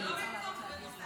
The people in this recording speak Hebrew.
זה לא במקום, זה בנוסף.